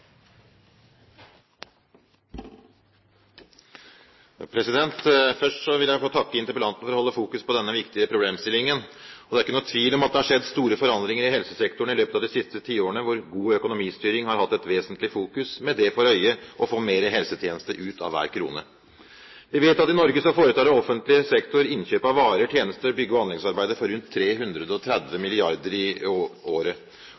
Først vil jeg takke interpellanten for å holde fokus på denne viktige problemstillingen. Det er ingen tvil om at det har skjedd store forandringer i helsesektoren i løpet av de siste tiårene, hvor god økonomistyring har hatt et vesentlig fokus med det for øye å få mer helsetjeneste ut av hver krone. Vi vet at i Norge foretar offentlig sektor innkjøp av varer, tjenester, bygge- og anleggsarbeider for rundt 330 mrd. kr i året.